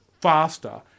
faster